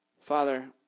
Father